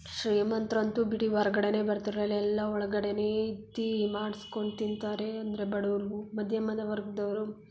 ಶ್ರೀಮಂತ್ರು ಅಂತೂ ಬಿಡಿ ಹೊರ್ಗಡೆನೇ ಬರ್ತಿರಲಿಲ್ಲ ಎಲ್ಲ ಒಳ್ಗಡೆಯೇ ಇದ್ದು ಈ ಮಾಡ್ಸ್ಕೊಂಡು ತಿಂತಾರೆ ಅಂದರೆ ಬಡವರು ಮಧ್ಯಮ ವರ್ಗದವ್ರು